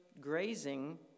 grazing